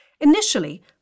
Initially